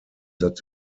that